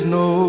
no